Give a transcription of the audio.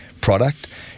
product